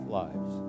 lives